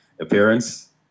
appearance